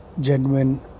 genuine